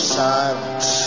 silence